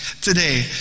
today